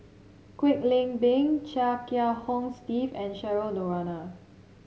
Kwek Leng Beng Chia Kiah Hong Steve and Cheryl Noronha